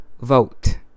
vote